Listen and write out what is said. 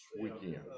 Weekend